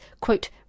quote